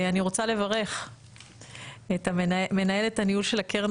אני רוצה לברך את מנהלת הניהול של הקרן